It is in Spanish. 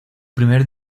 primer